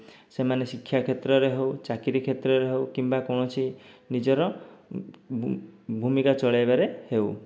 ସେମାନେ ଶିକ୍ଷା କ୍ଷେତ୍ରରେ ହେଉ ଚାକିରୀ କ୍ଷେତ୍ରରେ ହେଉ କିମ୍ବା କୌଣସି ନିଜର ଭୂମିକା ଚଳେଇବାରେ ହେଉ